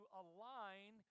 align